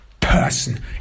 person